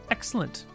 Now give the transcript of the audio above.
Excellent